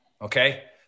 Okay